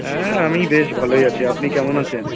হ্যাঁ আমি বেশ ভালোই আছি আপনি কেমন আছেন